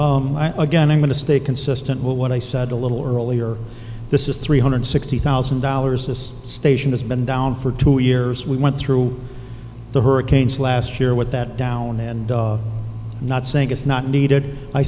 you again i'm going to stay consistent with what i said a little earlier this is three hundred sixty thousand dollars this station has been down for two years we went through the hurricanes last year with that down and not saying it's not needed i